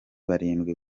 barindwi